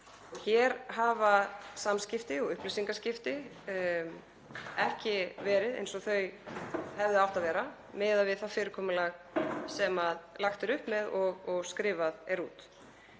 Hér hafa samskipti og upplýsingaskipti ekki verið eins og þau hefðu átt að vera miðað við það fyrirkomulag sem lagt er upp með og skrifað er út.